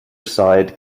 side